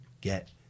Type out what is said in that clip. get